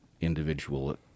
individual